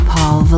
Paul